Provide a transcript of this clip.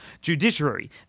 judiciary